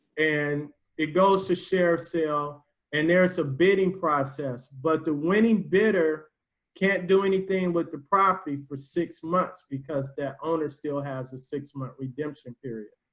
and it goes to share sale and there's a bidding process but the winning bidder can't do anything with the property for six months because that owner still has a six month redemption period.